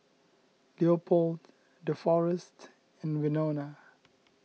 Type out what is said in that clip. Leopold Deforest and Winona